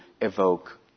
evoke